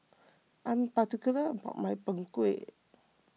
I am particular about my Png Kueh